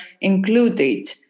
included